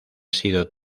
sido